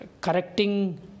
correcting